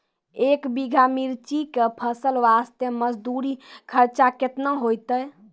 एक बीघा मिर्ची के फसल वास्ते मजदूरी खर्चा केतना होइते?